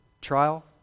Trial